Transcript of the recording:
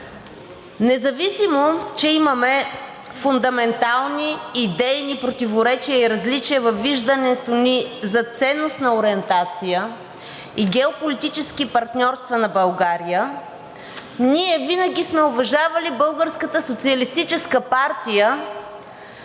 Независимо че имаме фундаментални, идейни противоречия и различия във виждането ни за ценностна ориентация и геополитически партньорства на България, ние винаги сме уважавали Българската социалистическа партия